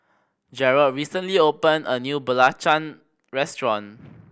Gearld recently opened a new belacan restaurant